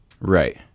Right